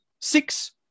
six